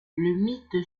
mythe